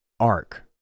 ARC